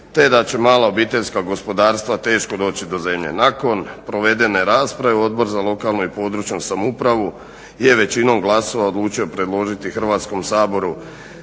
te da će mala obiteljska gospodarstva teško doći do zemlje. Nakon provedene rasprave Odbor za lokalnu i područnu samoupravu je većinom glasova odlučio predložiti Hrvatskom saboru